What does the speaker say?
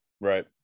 Right